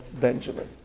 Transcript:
Benjamin